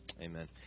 Amen